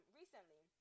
recently